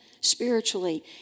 spiritually